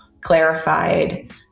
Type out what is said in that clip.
clarified